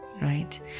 right